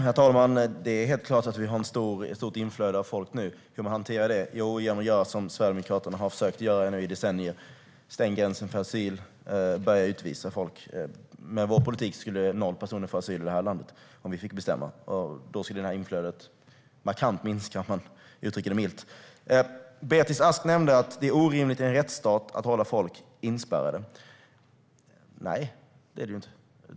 Herr talman! Det är helt klart att vi har ett stort inflöde av folk nu. Hur hanterar man det? Jo, genom att göra som vi sverigedemokrater har försökt göra nu i decennier, stänga gränsen för asylsökande och börja utvisa folk. Med vår politik skulle noll personer få asyl i det här landet, om vi fick bestämma. Då skulle inflödet minska markant - för att uttrycka det milt. Beatrice Ask sa att det är orimligt i en rättsstat att hålla folk inspärrade. Nej, det är det inte.